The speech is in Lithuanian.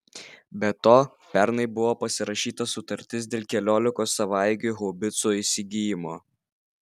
be to pernai buvo pasirašyta sutartis dėl keliolikos savaeigių haubicų įsigijimo